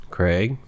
Craig